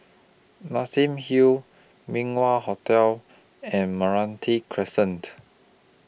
Nassim Hill Min Wah Hotel and Meranti Crescent